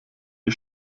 die